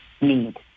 need